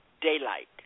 daylight